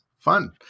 fun